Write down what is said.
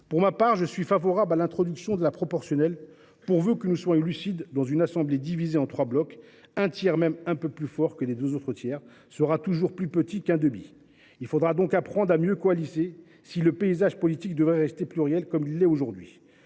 Pour ma part, je suis favorable à l’introduction de la proportionnelle pourvu que nous soyons lucides : dans une assemblée divisée en trois blocs, un tiers – même un peu plus fort que les deux autres tiers – sera toujours plus petit qu’un demi ! Il faudra donc apprendre à mieux coaliser si le paysage politique devait rester pluriel comme il l’est aujourd’hui.